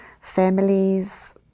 families